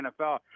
NFL